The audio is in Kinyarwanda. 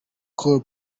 col